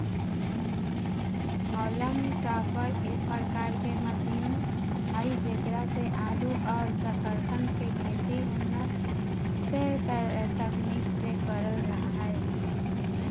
haulm topper एक प्रकार के मशीन हई जेकरा से आलू और सकरकंद के खेती उन्नत तकनीक से करल जा हई